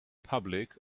public